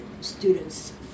students